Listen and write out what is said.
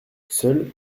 seul